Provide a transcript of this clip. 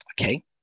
okay